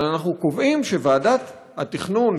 אבל אנחנו קובעים שוועדת התכנון,